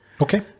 okay